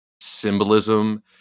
symbolism